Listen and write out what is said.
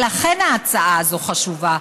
לכן ההצעה הזאת חשובה.